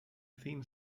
thin